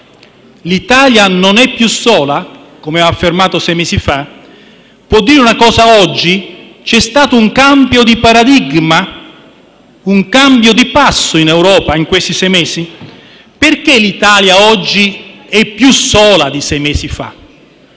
L'Italia non è più sola, come aveva affermato sei mesi fa? Può dire oggi che c'è stato un cambio di paradigma e un cambio di passo in Europa in questi sei mesi? Perché l'Italia oggi è più sola di sei mesi fa?